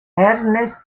ernest